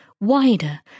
wider